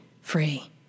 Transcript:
free